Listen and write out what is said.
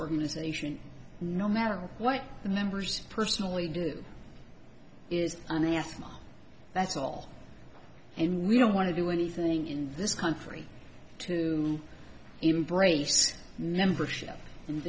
organization no matter what the members personally do is anathema that's all and we don't want to do anything in this country to embrace membership